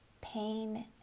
pain